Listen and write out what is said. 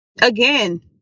again